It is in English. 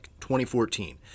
2014